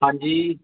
ਹਾਂਜੀ